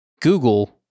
Google